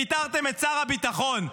פיטרתם את שר הביטחון.